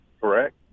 Correct